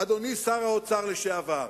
אדוני שר האוצר לשעבר.